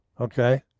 Okay